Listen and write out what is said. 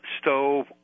stove